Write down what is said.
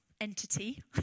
entity